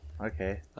okay